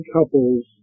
Couples